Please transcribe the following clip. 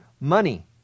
money